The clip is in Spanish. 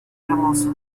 hermoso